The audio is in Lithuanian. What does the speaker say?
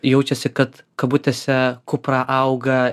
jaučiasi kad kabutėse kupra auga